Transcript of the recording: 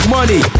Money